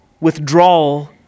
withdrawal